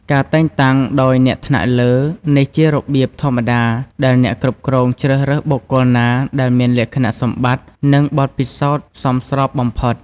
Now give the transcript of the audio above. ការតែងតាំងដោយអ្នកថ្នាក់លើ នេះជារបៀបធម្មតាដែលអ្នកគ្រប់គ្រងជ្រើសរើសបុគ្គលណាដែលមានលក្ខណៈសម្បត្តិ និងបទពិសោធន៍សមស្របបំផុត។